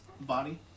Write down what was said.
Body